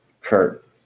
Kurt